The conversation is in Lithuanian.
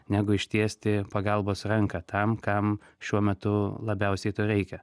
negu ištiesti pagalbos ranką tam kam šiuo metu labiausiai reikia